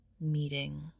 meeting